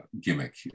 gimmick